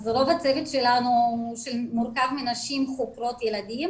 אז רוב הצוות שלנו מורכב מנשים חוקרות ילדים.